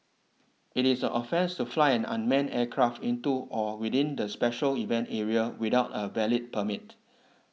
it is an offence to fly an unmanned aircraft into or within the special event area without a valid permit